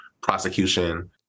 prosecution